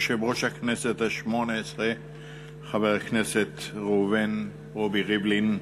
יושב-ראש הכנסת השמונה-עשרה חבר הכנסת ראובן רובי ריבלין,